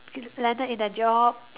landed in a job